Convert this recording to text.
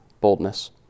boldness